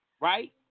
Right